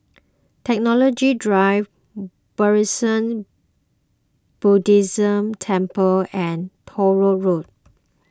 Technology Drive Buddhism Temple and Truro Road